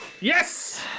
Yes